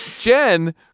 Jen